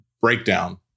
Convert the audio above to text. breakdown